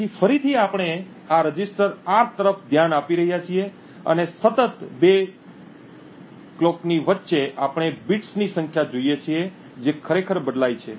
તેથી ફરીથી આપણે આ રજિસ્ટર આર તરફ ધ્યાન આપી રહ્યા છીએ અને સતત બે ઘડિયાળની કઠોળ વચ્ચે આપણે બિટ્સની સંખ્યા જોઈએ છીએ જે ખરેખર બદલાય છે